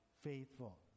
faithful